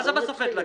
מה זה מסופי דלקים?